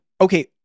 Okay